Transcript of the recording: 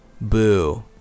Boo